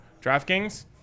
DraftKings